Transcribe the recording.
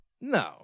No